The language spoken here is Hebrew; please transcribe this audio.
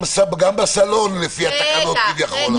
גם בסלון לפי התקנות, כביכול.